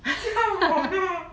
教我的